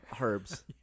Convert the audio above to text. herbs